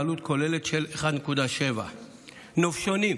בעלות כוללת של 1.7. נופשונים,